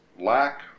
lack